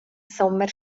sommer